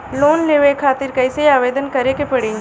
Loan लेवे खातिर कइसे आवेदन करें के पड़ी?